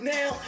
Now